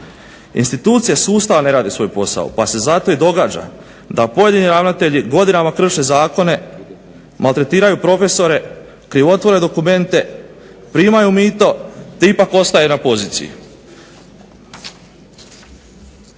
Institucije sustava ne rade svoj posao pa se zato i događa da pojedini ravnatelji godinama krše zakone, maltretiraju profesore, krivotvore dokumente, primaju mito, te ipak ostaje na poziciji.